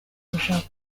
gushaka